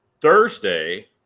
Thursday